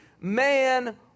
man